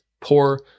poor